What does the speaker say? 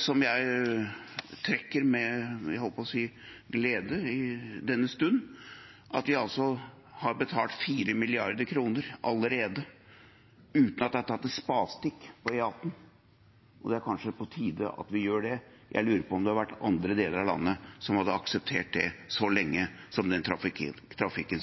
som jeg trekker med – jeg holdt på å si – glede i denne stund: Vi har allerede betalt 4 mrd. kr uten at det er tatt et spadestikk på E18, så det er kanskje på tide at vi gjør det. Jeg lurer på om man i andre deler av landet hadde akseptert det så lenge som vi med den trafikken